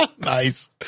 nice